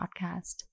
podcast